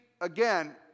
again